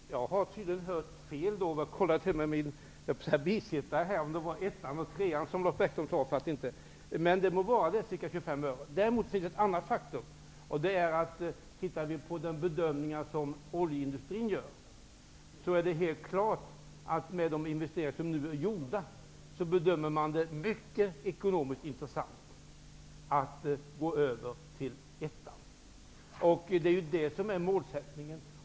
Herr talman! Jag har tydligen hört fel. Jag har frågat min, jag höll på att säga, bisittare om det var klass 1 och 3 som Lars Bäckström talade om. Det må vara att det rör sig om ca 25 öre. Däremot finns det en annan faktor. Med de investeringar som nu är gjorda bedömer oljeindustrin att det är ekonomiskt mycket intressant att gå över till klass 1. Det är ju det som är målsättningen.